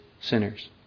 sinners